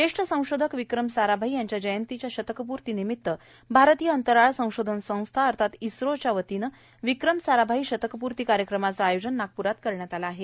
ज्येष्ठ संशोधक विक्रम साराभाई यांच्या जयंतीच्या शतकपूर्ती निमित भारतीय अंतराळ संशोधन संस्था अर्थात इस्रोच्या वतीनं विक्रम साराभाई शतकपूर्ती कार्यक्रमाचं आयोजन नागप्रात करण्यात आला आहे